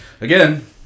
again